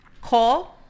call